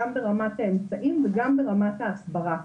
גם ברמת האמצעים וגם ברמת ההסברה.